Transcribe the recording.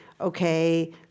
okay